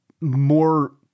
more